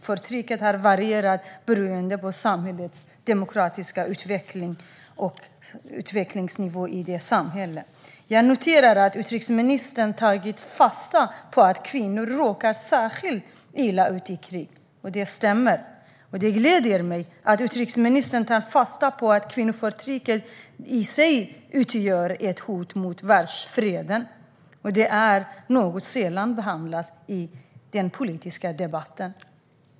Förtrycket har varierat beroende på samhällets demokratiska utveckling och utvecklingsnivå. Jag noterar att utrikesministern har tagit fasta på att kvinnor råkar särskilt illa ut i krig. Det stämmer, och det gläder mig att utrikesministern tar fasta på att kvinnoförtrycket i sig utgör ett hot mot världsfreden. Det är något som sällan behandlas i den politiska debatten.